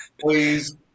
Please